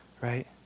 right